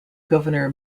governor